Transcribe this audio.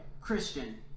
Christian